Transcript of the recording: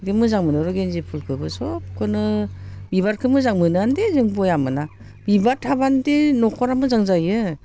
बे मोजां मोनो बे गेनदे फुलखौबो सबखौनो बिबारखौ मोजां मोनोआनो दे जों बेया मोना बिबार थाबानो दि न'खरा मोजां जायो